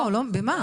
לא, במה?